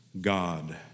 God